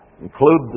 include